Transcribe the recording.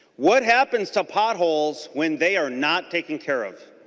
what happens to potholes when they are not taken care of?